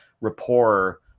rapport